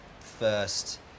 first